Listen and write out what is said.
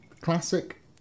Classic